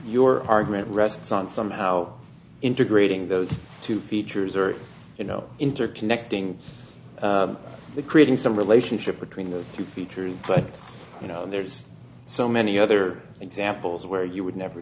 your argument rests on somehow integrating those two features or you know interconnecting creating some relationship between those two features but you know there's so many other examples where you would never